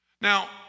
Now